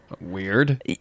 Weird